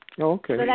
Okay